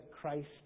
Christ